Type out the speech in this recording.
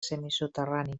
semisoterrani